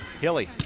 Hilly